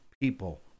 people